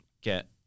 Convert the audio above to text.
get